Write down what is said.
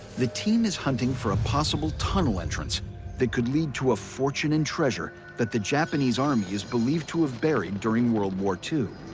the team is hunting for a possible tunnel entrance that could lead to a fortune in treasure that the japanese army is believed to have buried during world war ii.